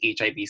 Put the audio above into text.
HIV